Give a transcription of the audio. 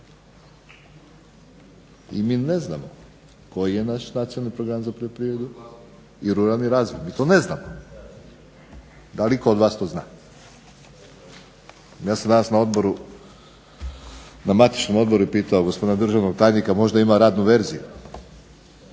i mi ne znamo koji je naš Nacionalni program za poljoprivredu i ruralni razvoj. mi to ne znamo. Da li itko od vas to zna? Ja sam danas na Odboru na matičnom odboru pitao državnog tajnika možda ima radnu verziju.